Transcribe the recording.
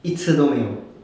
一次都没有